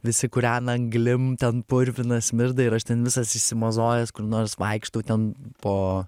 visi kūrena anglim ten purvina smirda ir aš ten visas išsimozojęs kur nors vaikštau ten po